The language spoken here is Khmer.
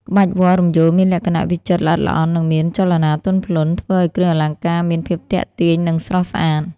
ក្បាច់វល្លិ៍រំយោលមានលក្ខណៈវិចិត្រល្អិតល្អន់ និងមានចលនាទន់ភ្លន់ ធ្វើឱ្យគ្រឿងអលង្ការមាន ភាពទាក់ទាញ និងស្រស់ស្អាត។